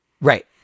Right